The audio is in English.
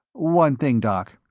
one thing, doc.